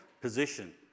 position